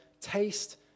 taste